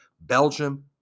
Belgium